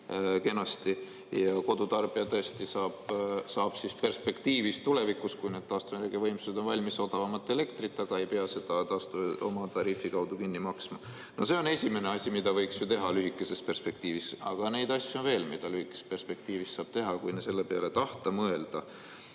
ja kodutarbija saab perspektiivis, tulevikus, kui need taastuvenergiavõimsused on valmis, odavamat elektrit, aga ei pea seda oma tariifi kaudu kinni maksma. See on esimene asi, mida võiks ju teha lühikeses perspektiivis, aga neid asju on veel, mida lühikeses perspektiivis saab teha, kui selle peale tahta mõelda.